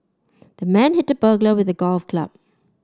the man hit the burglar with a golf club